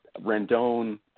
Rendon